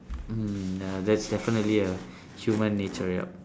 mm ya that's definitely a human nature yup